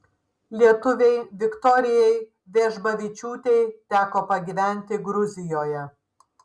lietuvei viktorijai vežbavičiūtei teko pagyventi gruzijoje